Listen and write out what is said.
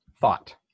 thought